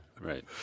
right